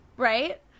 Right